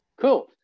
Cool